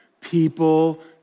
people